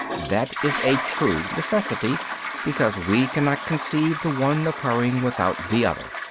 that is a true necessity because we cannot conceive the one occurring without the other.